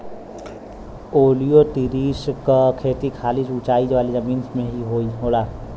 ओलियोतिरिस क खेती खाली ऊंचाई वाले जमीन में ही होला